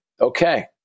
Okay